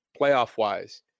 playoff-wise